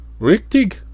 Richtig